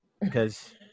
because-